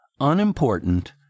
unimportant